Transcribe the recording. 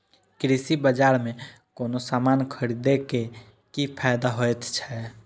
कृषि बाजार में कोनो सामान खरीदे के कि फायदा होयत छै?